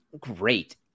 great